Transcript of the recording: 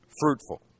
fruitful